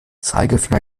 zeigefinger